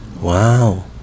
Wow